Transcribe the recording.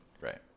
Right